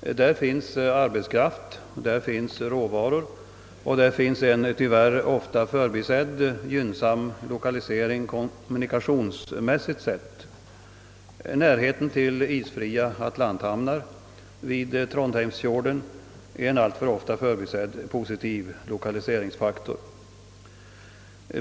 Där finns arbetskraft, råvaror och en tyvärr ofta förbisedd gynnsam lokalisering kommunikationsmässigt sett. Närheten till is fria atlanthamnar vid Trondheimsfjorden är en alltför ofta förbisedd positiv lokaliseringsfaktor.